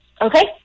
Okay